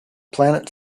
planet